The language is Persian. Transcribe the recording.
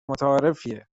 متعارفیه